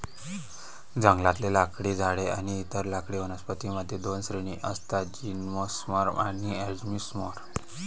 जंगलातले लाकडी झाडे आणि इतर लाकडी वनस्पतीं मध्ये दोन श्रेणी असतातः जिम्नोस्पर्म आणि अँजिओस्पर्म